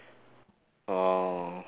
orh